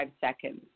seconds